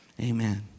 Amen